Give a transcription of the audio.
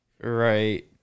right